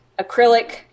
acrylic